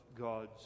God's